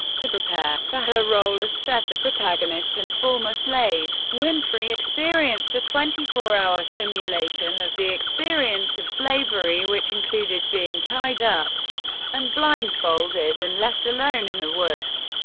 to prepare for her role as sethe, the protagonist and former slave, winfrey experienced a twenty four hour simulation of the experience of slavery, which included being tied up and blindfolded and left alone in the woods.